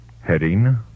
Heading